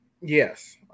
Yes